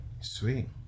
sweet